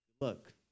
look